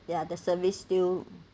ya the service still